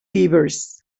beavers